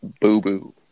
boo-boo